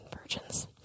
virgins